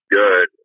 good